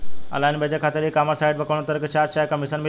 Online बेचे खातिर e commerce site पर कौनोतरह के चार्ज चाहे कमीशन भी लागी?